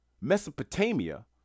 Mesopotamia